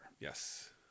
Yes